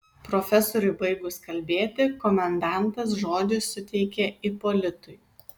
profesoriui baigus kalbėti komendantas žodį suteikė ipolitui